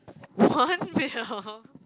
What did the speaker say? one male